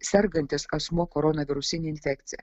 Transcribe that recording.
sergantis asmuo korona virusine infekcija